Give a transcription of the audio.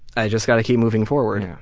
i've just got to keep moving forward, yeah